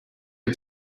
are